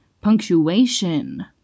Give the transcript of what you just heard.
Punctuation